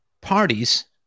parties